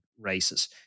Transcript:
races